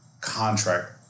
contract